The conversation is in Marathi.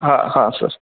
हां हां सर